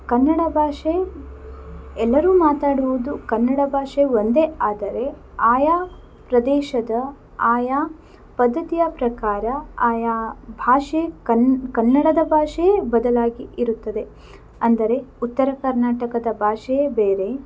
ಕನ್ನಡ ಭಾಷೆ ಎಲ್ಲರೂ ಮಾತಾಡುವುದು ಕನ್ನಡ ಭಾಷೆ ಒಂದೇ ಆದರೆ ಆಯಾ ಪ್ರದೇಶದ ಆಯಾ ಪದ್ಧತಿಯ ಪ್ರಕಾರ ಆಯಾ ಭಾಷೆ ಕನ್ನಡದ ಭಾಷೆ ಬದಲಾಗಿ ಇರುತ್ತದೆ ಅಂದರೆ ಉತ್ತರ ಕರ್ನಾಟಕದ ಭಾಷೆಯೇ ಬೇರೆ